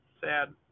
sad